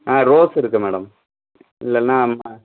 ஆ rose இருக்கு madam இல்லைன்னா ம்ம